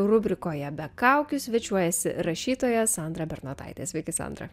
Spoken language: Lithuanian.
rubrikoje be kaukių svečiuojasi rašytoja sandra bernotaitė sveiki sandra